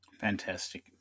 fantastic